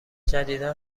جدیدا